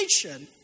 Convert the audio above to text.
creation